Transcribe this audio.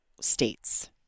states